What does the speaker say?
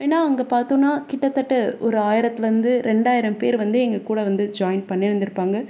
ஏன்னா அங்கே பார்த்தோன்னா கிட்டத்தட்ட ஒரு ஆயிரத்துலேருந்து ரெண்டாயிரம் பேர் வந்து எங்கள் கூட வந்து ஜாயின் பண்ணியிருந்துருப்பாங்க